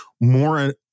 more